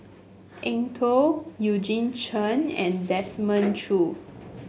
Eng Tow Eugene Chen and Desmond Choo